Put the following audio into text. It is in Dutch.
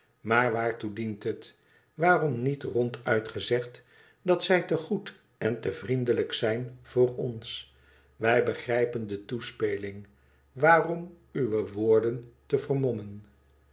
maar waartoe dient het waarom niet ronduit gezegd dat zij te goed en te vriendelijk zijn voor ons wij begrijpen de toespeling waarom uwe woorden te vermommen